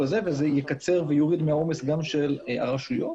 הזה וזה יקצר ויוריד מהעומס גם של הרשויות